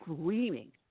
screaming